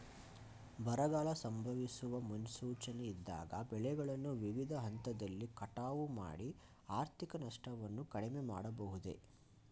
ಬರಗಾಲ ಸಂಭವಿಸುವ ಮುನ್ಸೂಚನೆ ಇದ್ದಾಗ ಬೆಳೆಗಳನ್ನು ವಿವಿಧ ಹಂತದಲ್ಲಿ ಕಟಾವು ಮಾಡಿ ಆರ್ಥಿಕ ನಷ್ಟವನ್ನು ಕಡಿಮೆ ಮಾಡಬಹುದೇ?